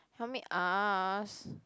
help me ask